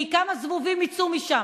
כי כמה זבובים יצאו משם.